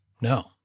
No